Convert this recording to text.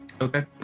Okay